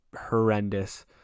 horrendous